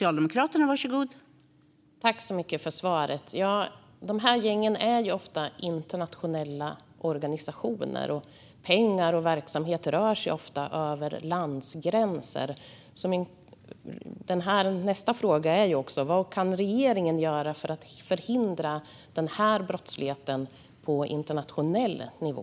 Fru talman! Tack för svaret, statsrådet! De här gängen är ju ofta internationella organisationer, och pengar och verksamhet rör sig ofta över landsgränser. Nästa fråga är därför vad regeringen kan göra för att förhindra den här brottsligheten på internationell nivå?